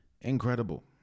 Incredible